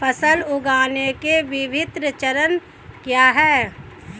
फसल उगाने के विभिन्न चरण क्या हैं?